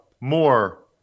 more